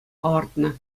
палӑртнӑ